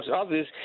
others